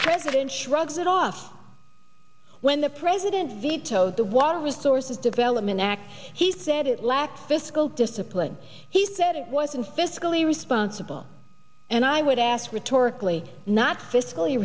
president shrugs it off when the president vetoed the water resources development act he said it lacked fiscal discipline he said it wasn't fiscally responsible and i would ask rhetorically not fiscally